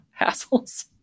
hassles